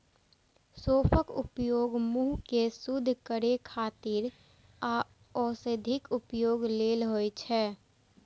सौंफक उपयोग मुंह कें शुद्ध करै खातिर आ औषधीय उपयोग लेल होइ छै